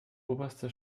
oberste